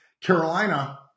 Carolina